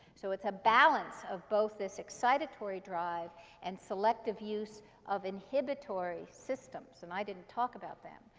so it's a balance of both this excitatory drive and selective use of inhibitory systems. and i didn't talk about them.